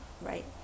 right